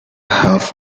help